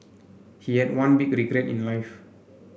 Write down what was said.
he had one big regret in life